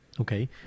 Okay